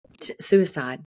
suicide